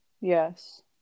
Yes